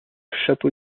chapeau